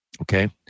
Okay